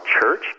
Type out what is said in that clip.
church